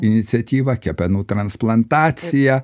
iniciatyva kepenų transplantacija